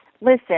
listen